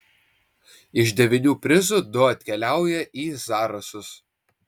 iš devynių prizų du atkeliauja į zarasus